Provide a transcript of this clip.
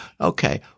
Okay